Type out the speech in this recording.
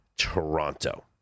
toronto